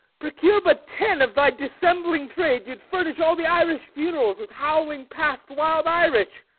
procure but ten of thy dissembling trade, ye d furnish all the irish funerals with howling past wild irish.